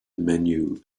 menu